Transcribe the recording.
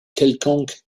quelconque